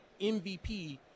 MVP